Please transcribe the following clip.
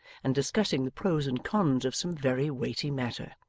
and discussing the pros and cons of some very weighty matter.